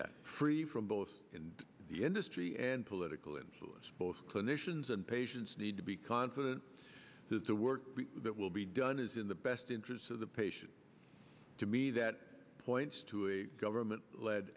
that free from both the industry and political influence both clinicians and patients need to be confident that the work that will be done is in the best interests of the patient to me that points to a government led